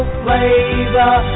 flavor